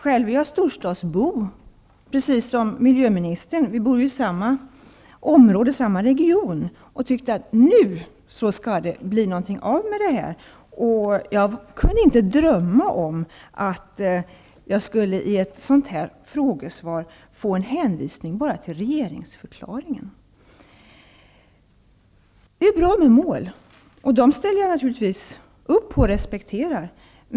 Jag är själv precis som miljöministern storstadsbo -- vi bor ju i samma region -- och gladde mig åt att det nu skulle bli någonting av med det här. Jag kunde inte drömma om att i ett frågesvar få en hänvisning bara till regeringsförklaringen. Det är bra med mål, och dessa ställer jag naturligtvis upp på och respekterar.